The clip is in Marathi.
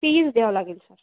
फीस् द्यावं लागेल सर